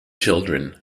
children